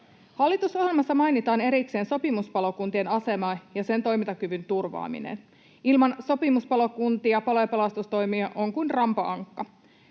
Hallitusohjelmassa mainitaan erikseen sopimuspalokuntien asema ja niiden toimintakyvyn turvaaminen. Ilman sopimuspalokuntia palo‑ ja pelastustoimi on kuin rampa ankka.